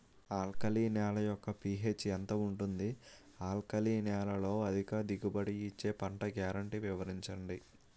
Alkali నేల యెక్క pH ఎంత ఉంటుంది? ఆల్కలి నేలలో అధిక దిగుబడి ఇచ్చే పంట గ్యారంటీ వివరించండి?